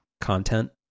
content